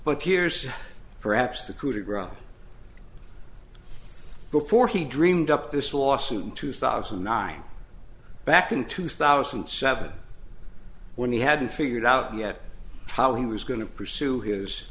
but here's perhaps the crew to grow before he dreamed up this lawsuit two thousand and nine back in two thousand and seven when he hadn't figured out yet how he was going to pursue his